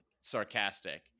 sarcastic